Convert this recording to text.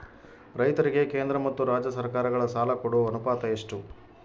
ರೈತರಿಗೆ ಕೇಂದ್ರ ಮತ್ತು ರಾಜ್ಯ ಸರಕಾರಗಳ ಸಾಲ ಕೊಡೋ ಅನುಪಾತ ಎಷ್ಟು?